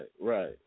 right